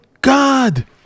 God